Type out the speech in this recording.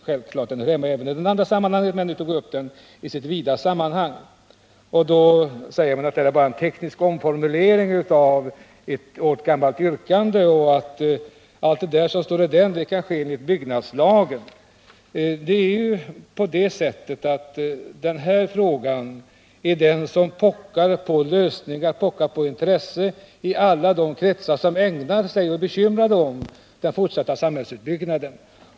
Självfallet hör den hemma även i det andra sammanhanget, men nu tog vi upp den i ett vidare sammanhang. Nu säger man att det här bara är en teknisk omformulering av ett ett år gammalt yrkande, och att allt som föreslås i motionen kan ske enligt byggnadslagen. Den här frågan är den som mest pockar på intresse och lösningar i alla de kretsar som ägnar sig åt och bekymrar sig för den fortsatta samhällsutbyggnaden.